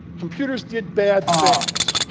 computers did bad things.